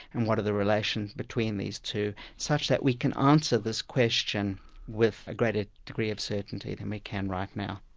and what are the relations between these two, such that we can answer this question with a greater degree of certainty than we can right now.